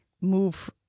move